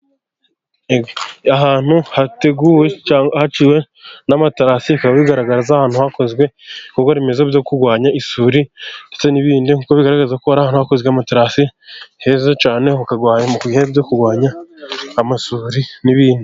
Ahantu hateguwe haciwe n'amatarasi, bikaba bigaragaza ahantu hakozwe ibikorwa remezo byo kurwanya isuri ndetse n'ibindi, kuko bigaragaza ko ari ahantu hakozwe amaterasi heza cyane, mu bihe byo kurwanya amasuri n'ibindi.